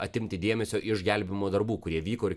atimti dėmesio iš gelbėjimo darbų kurie vyko ir